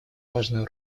важную